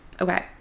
okay